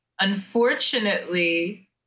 unfortunately